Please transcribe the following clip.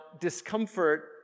discomfort